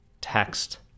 text